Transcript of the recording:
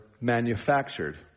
manufactured